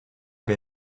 que